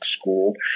school